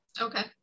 okay